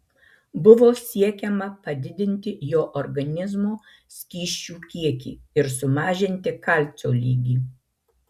buvo siekiama padidinti jo organizmo skysčių kiekį ir sumažinti kalcio lygį